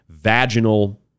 Vaginal